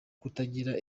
kutagira